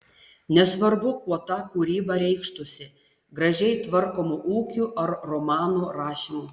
nesvarbu kuo ta kūryba reikštųsi gražiai tvarkomu ūkiu ar romanų rašymu